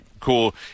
cool